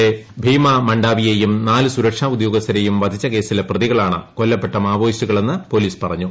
A ഭീമാമണ്ടാവിയെയും നാല് സുരക്ഷാ ഉദ്യോഗസ്ഥരെയും വധിച്ച കേസിലെ പ്രതികളാണ് കൊല്ലപ്പെട്ട മാവോയിസ്റ്റുകളെന്ന് പോലീസ് പറഞ്ഞു